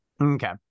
Okay